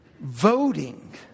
voting